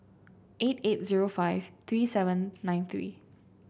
eight eight zero five three seven nine three